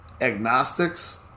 agnostics